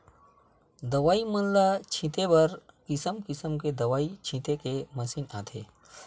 दवई मन ल छिते बर किसम किसम के दवई छिते के मसीन आथे